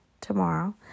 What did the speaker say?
tomorrow